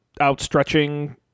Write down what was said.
outstretching